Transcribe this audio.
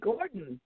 Gordon